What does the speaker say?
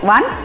One